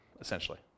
essentially